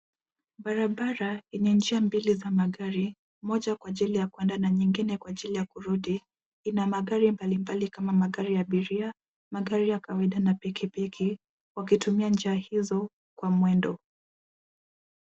Barabara yenye njia mbili za magari, moja kwa ajili ya kuenda na nyingine kwa ajili ya kurudi ina magari mbalimbali kama magari ya abiria, magari ya kawaida na pikipiki wakitumia njia hizo kwa mwendo.